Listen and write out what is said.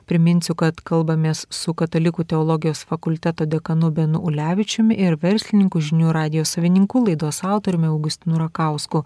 priminsiu kad kalbamės su katalikų teologijos fakulteto dekanu benu ulevičiumi ir verslininku žinių radijo savininku laidos autoriumi augustinu rakausku